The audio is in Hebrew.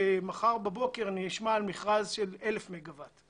ומחר בבוקר נשמע על מכרז של 1,000 מגוואט.